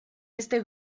este